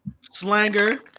slanger